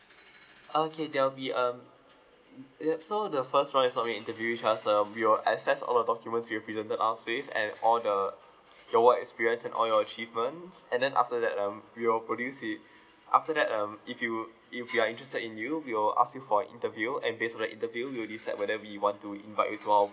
okay there will be um uh yeah so the first round it's only an interview with us um we'll access all the documents you've presented us with and all the your work experience and all your achievements and then after that um we will produce with after that um if you if we are interested in you we will ask you for an interview and based on the interview we will decide whether we want to invite you to our